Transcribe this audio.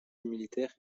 militaire